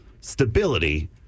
Stability